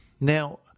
Now